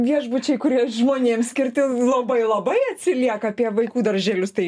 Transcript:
viešbučiai kurie žmonėms skirti labai labai atsilieka apie vaikų darželius tai